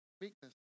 weakness